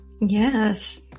Yes